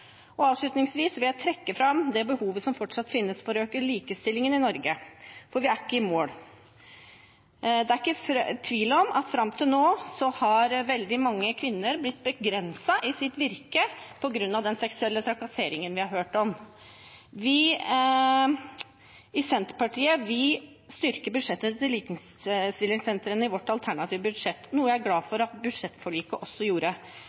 kr. Avslutningsvis vil jeg trekke fram det behovet som fortsatt finnes for å øke likestillingen i Norge. Vi er ikke i mål. Det er ikke tvil om at fram til nå har veldig mange kvinner blitt begrenset i sitt virke på grunn av den seksuelle trakasseringen vi har hørt om. Vi i Senterpartiet styrker likestillingssentrene i vårt alternative budsjett, noe jeg er glad for at budsjettforliket også gjorde.